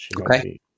Okay